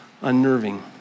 unnerving